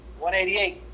188